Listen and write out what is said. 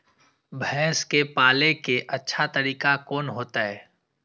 भैंस के पाले के अच्छा तरीका कोन होते?